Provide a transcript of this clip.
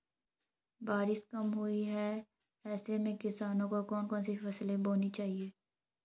बारिश कम हुई है ऐसे में किसानों को कौन कौन सी फसलें बोनी चाहिए?